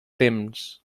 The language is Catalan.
temps